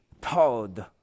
Todd